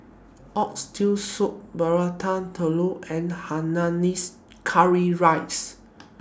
Oxtail Soup Prata Telur and Hainanese Curry Rice